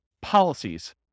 policies